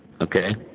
Okay